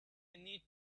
need